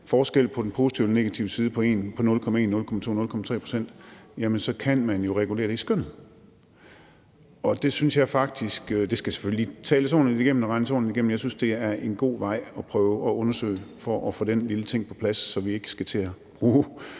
forskel på den positive eller negative side på 0,1, 0,2 eller 0,3 pct., kan man jo regulere det i skønnet. Det skal selvfølgelig lige tales ordentligt igennem og regnes ordentligt igennem, men jeg synes, det er en god vej at gå at prøve at undersøge det for at få den lille ting på plads, så vi ikke skal til at bruge